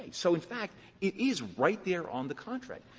so, in fact, it is right there on the contract.